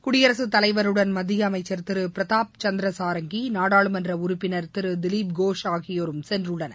குடியரசுத் தலைவருடன் மத்திய அமைச்சர் திரு பிரதாப் சந்திர சாரங்கி நாடாளுமன்ற உறுப்பினர் திரு திலிப் கோஷ் ஆகியோரும் சென்றுள்ளனர்